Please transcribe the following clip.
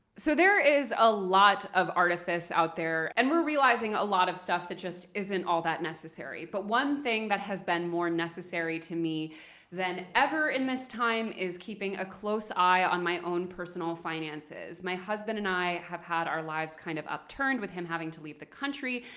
so there is a lot of artifice out there, and we're realizing a lot of stuff that just isn't all that necessary. but one thing that has been more necessary to me than ever in this time is keeping a close eye on my own personal finances. my husband and i have had our lives kind of upturned with him having to leave the country,